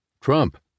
Trump